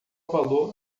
valor